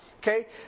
Okay